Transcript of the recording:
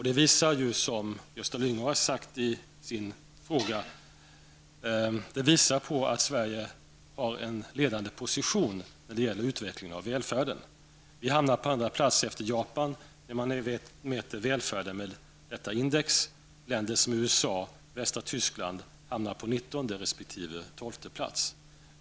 Det visar, som Gösta Lyngå har sagt i sin fråga, på att Sverige har en ledande position när det gäller utvecklingen av välfärden. Vi hamnar på andra plats efter Japan när man mäter välfärden med detta index. Länder som USA och västra Tyskland hamnar på 19 resp. 12 plats.